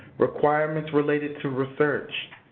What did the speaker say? requirements related to research,